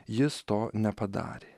jis to nepadarė